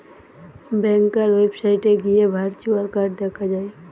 ব্যাংকার ওয়েবসাইটে গিয়ে virtual card দেখা যায়